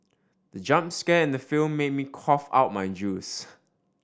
the jump scare in the film made me cough out my juice